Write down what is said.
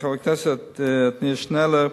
לחבר הכנסת עתניאל שנלר,